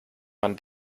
man